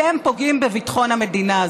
אתם פוגעים בביטחון המדינה,